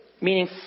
meaning